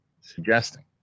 suggesting